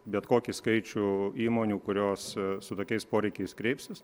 bet kokį skaičių įmonių kurios su tokiais poreikiais kreipsis